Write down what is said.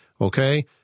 Okay